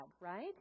right